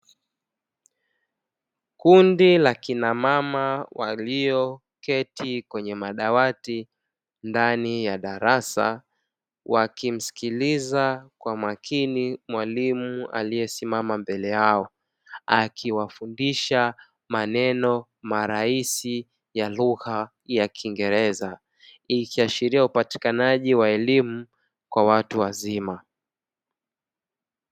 Kundi la kina mama walioketi kwenye madawati, ndani ya darasa wakimsikiliza kwa makini mwalimu aliyesimama mbele yao, akiwafundisha maneno malahisi ya lugha ya kiingeleza, ikiashilia upatikanaji wa elimu kwa watu wazima.